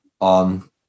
on